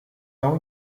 tão